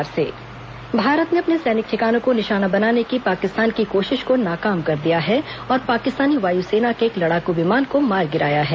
भारत पाक भारत ने अपने सैनिक ठिकानों को निशाना बनाने की पाकिस्तान की कोशिश को नाकाम कर दिया है और पाकिस्तानी वायुसेना के एक लड़ाकू विमान को मार गिराया है